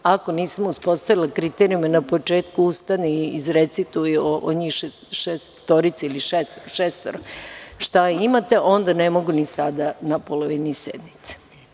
Ako nismo uspostavili kriterijume na početku, ustani i izrecituj o njima šestoro šta imate, onda ne mogu ni sada na polovini sednice.